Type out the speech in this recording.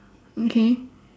okay